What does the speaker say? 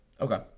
okay